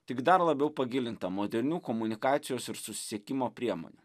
tik dar labiau pagilinta modernių komunikacijos ir susisiekimo priemonių